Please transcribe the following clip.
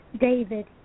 David